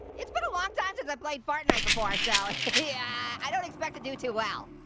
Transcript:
it's been a long time since i played fartnite before, so yeah i don't expect to do too well.